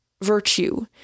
virtue